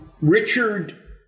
Richard